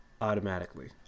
Automatically